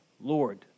Lord